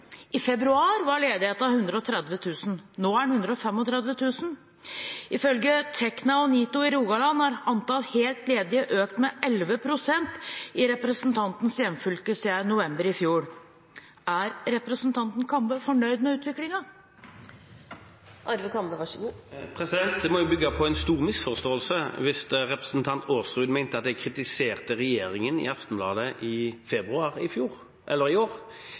I februar var ledigheten 130 000. Nå er det 135 000 ledige. Ifølge Tekna og NITO i Rogaland har antall helt ledige økt med 11 pst. i representantens hjemfylke siden november i fjor. Er representanten Kambe fornøyd med utviklingen? Det må bygge på en stor misforståelse hvis representanten Aasrud mener at jeg kritiserte regjeringen i Aftenbladet i februar i